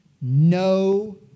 No